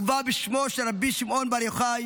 מובא בשמו של רבי שמעון בר יוחאי